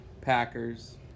packers